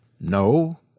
no